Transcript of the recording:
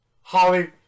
Holly